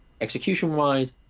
Execution-wise